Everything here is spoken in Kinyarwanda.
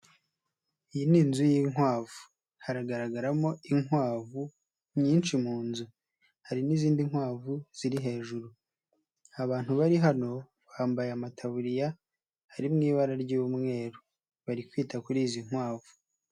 Iyi ni inzu y'inkwavu. Hagaragaramo inkwavu nyinshi mu nzu. Hari n'izindi nkwavu ziri hejuru. Abantu bari hano bambaye amataburiya ari mu ibara ry'umweru. Bari kwita kuri izi nkwavu.